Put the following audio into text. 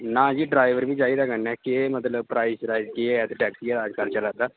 ना जी ड्राईवर बी चाहिदा कन्नै केह् मतलब प्राईज़ श्राइज केह् ऐ टैक्सियै दा पैसेंजर दा